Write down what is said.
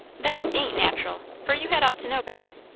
that ain't nat'ral, for you had ought to know better.